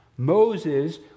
Moses